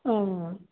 हा